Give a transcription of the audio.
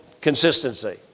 consistency